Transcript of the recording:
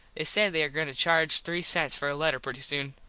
they say there goin to charge three sents for a letter pretty soon.